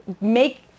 make